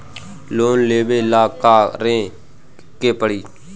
Loan लेबे ला का करे के पड़ी?